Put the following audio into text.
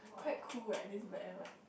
quite cool right this black and white